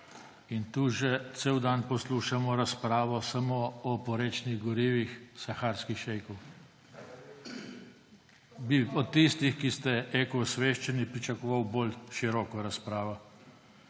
in tu že cel dan poslušamo razpravo samo o oporečnih gorivih saharskih šejkov. Od tistih, ki ste eko osveščeni, bi pričakoval bolj široko razpravo.